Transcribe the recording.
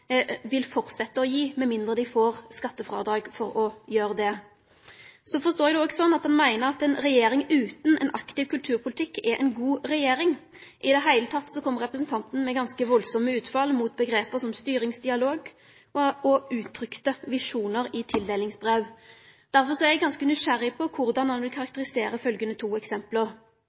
vil fortsetje å gje, med mindre dei får skattefrådrag for å gjere det. Så forstår eg det òg sånn at han meiner at ei regjering utan ein aktiv kulturpolitikk er ei god regjering. I det heile kom representanten med ganske sterke utfall mot omgrep som styringsdialog og uttrykte visjonar i tildelingsbrev. Derfor er eg ganske nysgjerrig på korleis han vil karakterisere dei følgjande to